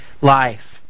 life